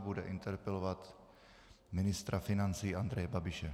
Bude interpelovat ministra financí Andreje Babiše.